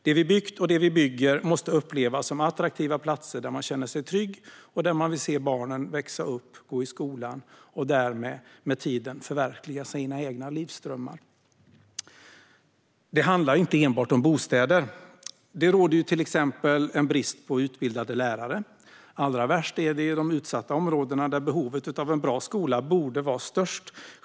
Det vi byggt och det vi bygger måste upplevas som attraktiva platser där man känner sig trygg och där man vill se barnen växa upp och gå i skolan - och med tiden förverkliga sina egna livsdrömmar. Det handlar inte heller enbart om bostäder. Det råder till exempel brist på utbildade lärare. Allra värst är det i de utsatta områdena, där behovet av en bra skola är störst.